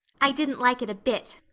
i didn't like it a bit.